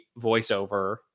voiceover